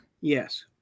Yes